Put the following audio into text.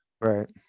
Right